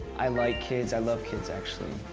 i like kids. i love kids, actually.